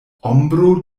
ombro